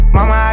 Mama